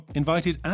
invited